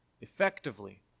Effectively